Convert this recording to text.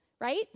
right